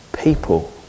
people